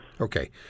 Okay